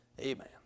Amen